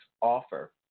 offer